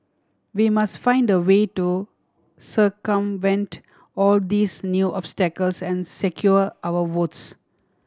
we must find a way to circumvent all these new obstacles and secure our votes